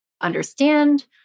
understand